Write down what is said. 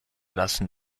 lassen